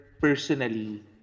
personally